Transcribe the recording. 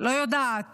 לא יודעת